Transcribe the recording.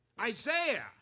Isaiah